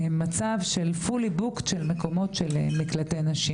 מצב של תפוסה מלאה במקלטי נשים.